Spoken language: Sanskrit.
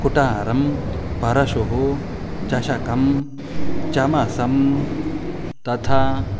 कुटारं परशुः चषकं चमसं तथा